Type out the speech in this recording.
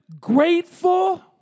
grateful